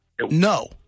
No